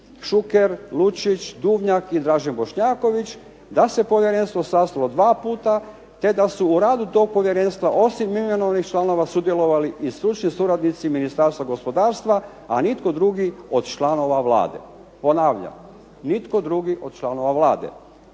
Šuker, Lučić, Duvnjak i Dražen Bošnjaković, da se povjerenstvo sastalo 2 puta te da su u radu tog povjerenstva osim imenovanih članova sudjelovali i stručni suradnici Ministarstva gospodarstva, a nitko drugi od članova Vlade". Ponavljam, nitko drugi od članova Vlade.